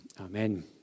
amen